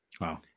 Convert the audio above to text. Wow